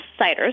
ciders